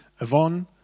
Avon